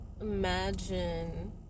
Imagine